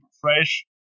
fresh